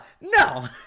No